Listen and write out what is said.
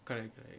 correct correct